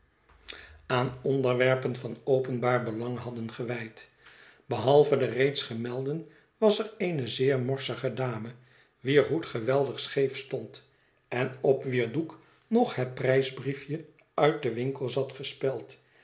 werpen van openbaar belang hadden gewijd behalve de reeds gemelden was er eene zeer morsige dame wier hoed geweldig scheef stond en op wier doek nog het prijsbriefje uit den winkel zat gespeld